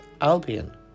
Albion